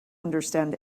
understand